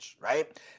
right